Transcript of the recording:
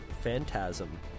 Phantasm